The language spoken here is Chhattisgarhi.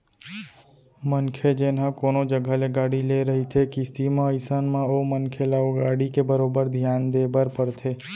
मनखे जेन ह कोनो जघा ले गाड़ी ले रहिथे किस्ती म अइसन म ओ मनखे ल ओ गाड़ी के बरोबर धियान देय बर परथे